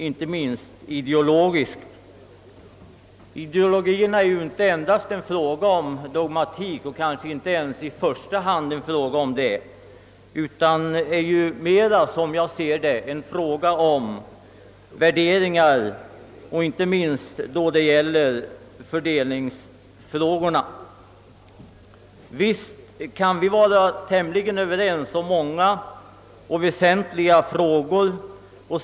Den ideologiska inställningen är ju inte 1 första hand, kanske inte alls, en fråga om dogmatik, utan mera en fråga om värderingar, inte minst då det gäller fördelningsproblemen. Visst kan vi vara tämligen överens i många och väsentliga frågor.